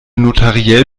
notariell